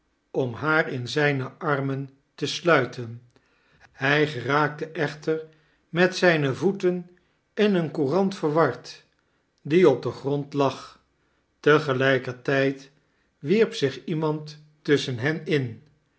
om haar in zijn armen te sluiten hij geraaktie echter met zijne voeten in een courant verward die op den grond lag te gelijkertijd wierp zich iemand tusschen hen in